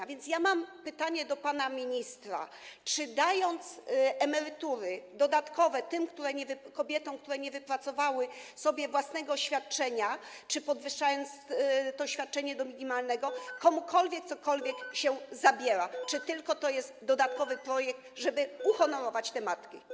A więc ja mam pytanie do pana ministra: Czy dając dodatkowe emerytury tym kobietom, które nie wypracowały sobie własnego świadczenia, czy podwyższając to świadczenie do minimalnego, komukolwiek cokolwiek się zabiera, czy tylko to jest dodatkowy projekt, żeby uhonorować te matki?